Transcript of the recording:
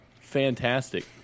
Fantastic